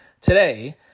today